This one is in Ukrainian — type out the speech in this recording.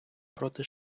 проти